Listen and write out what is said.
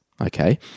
okay